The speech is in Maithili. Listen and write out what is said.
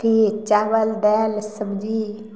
अथी चावल दालि सब्जी